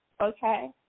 okay